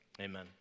Amen